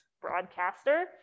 broadcaster